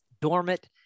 dormant